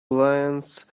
glance